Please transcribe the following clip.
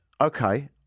Okay